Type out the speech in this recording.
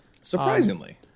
Surprisingly